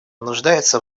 нуждается